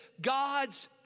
God's